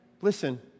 listen